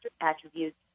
attributes